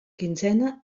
quinzena